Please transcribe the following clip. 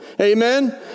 Amen